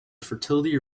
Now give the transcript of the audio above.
fertility